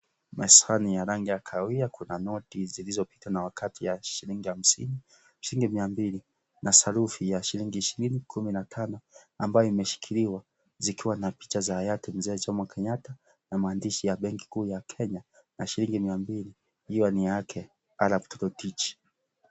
Mezani ya rangi ya kahawia kuna noti zilizopitwa na wakati ya shilingi hamsini, shilingi mia mbili na sarufi ya shilingi ishirini, kumi na tano ambayo imeshikiliwa zikiwa na picha za hayati mzee Jomo Kenyatta na maandishi ya benki kuu ya Kenya na shilingi mia mbili hiyo ni yake Arap Torotich.